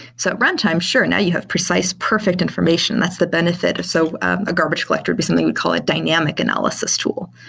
so at runtime, sure, now you have precise perfect information. that's the benefit. so a garbage collector would be something we'd call a dynamic analysis tool,